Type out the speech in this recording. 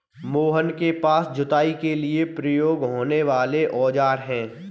मोहन के पास जुताई के लिए प्रयोग होने वाले औज़ार है